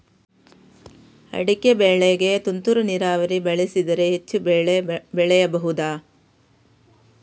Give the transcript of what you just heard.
ಅಡಿಕೆ ಬೆಳೆಗೆ ತುಂತುರು ನೀರಾವರಿ ಬಳಸಿದರೆ ಹೆಚ್ಚು ಬೆಳೆ ಬೆಳೆಯಬಹುದಾ?